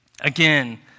Again